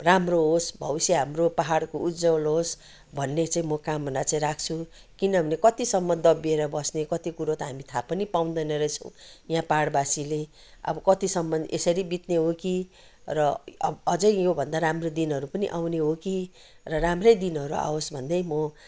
राम्रो होस् भविष्य हाम्रो पहाडको उज्जवल होस् भन्ने चाहिँ म कामना चाहिँ राख्छु किनभने कतिसम्म दबिएर बस्ने कति कुरो त हामी थाहा पनि पाउँदैनौँ रेहछौँ यहाँ पहाडवासीले अब कतिसम्म यसरी बित्ने हो कि र ह अझै योभन्दा राम्रो दिनहरू पनि आउने हो कि र राम्रै दिनहरू आवोस् भन्दै म हाम्रो